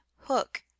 hook